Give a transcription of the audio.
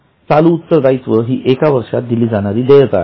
चालू उत्तरदायित्व ही एका वर्षात दिली जाणारी देयता आहे